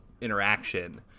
interaction